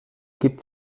gibt